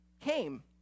came